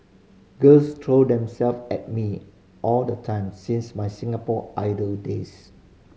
girls throw themselves at me all the time since my Singapore Idol days